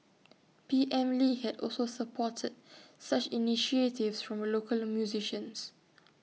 P M lee had also supported such initiatives these local musicians